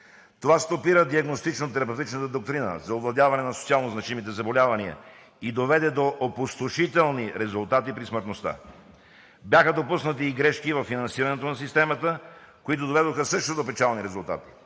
Това стопира диагностично-терапевтичната доктрина за овладяване на социалнозначимите заболявания и доведе до опустошителни резултати при смъртността. Бяха допуснати и грешки във финансирането на системата, които доведоха също до печални резултати,